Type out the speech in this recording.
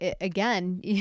again